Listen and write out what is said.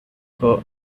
for